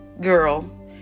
girl